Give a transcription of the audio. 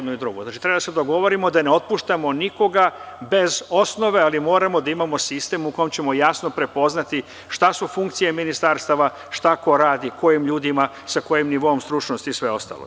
Znači, treba da se dogovorimo da ne otpuštamo nikog bez osnove, ali moramo da imamo sistem u kome ćemo jasno prepoznati šta su funkcije ministarstava, šta ko radi, sa kojim ljudima, sa kojim nivoom stručnosti i sve ostalo.